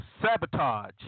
sabotage